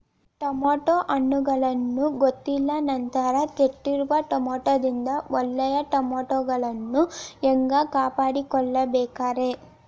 Tomato ಹಣ್ಣುಗಳನ್ನ ಗೊತ್ತಿಲ್ಲ ನಂತರ ಕೆಟ್ಟಿರುವ ಟಮಾಟೊದಿಂದ ಒಳ್ಳೆಯ ಟಮಾಟೊಗಳನ್ನು ಹ್ಯಾಂಗ ಕಾಪಾಡಿಕೊಳ್ಳಬೇಕರೇ?